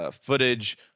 Footage